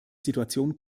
situation